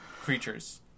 creatures